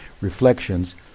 reflections